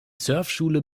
surfschule